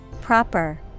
Proper